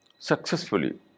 Successfully